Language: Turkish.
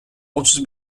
otuz